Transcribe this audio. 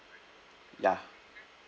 ya